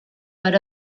per